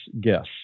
guess